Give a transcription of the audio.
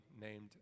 named